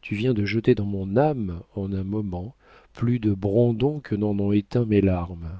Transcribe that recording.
tu viens de jeter dans mon âme en un moment plus de brandons que n'en ont éteint mes larmes